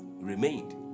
remained